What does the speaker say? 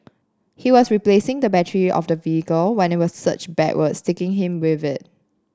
he was replacing the battery of the vehicle when it was surged backwards taking him with it